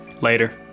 Later